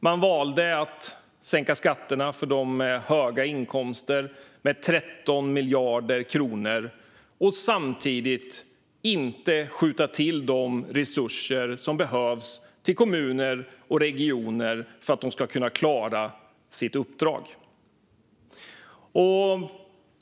De valde att sänka skatterna för dem med höga inkomster med 13 miljarder kronor och samtidigt att inte skjuta till de resurser som behövs till kommuner och regioner för att dessa ska kunna klara sitt uppdrag.